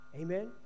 Amen